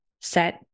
Set